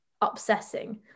obsessing